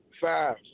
Five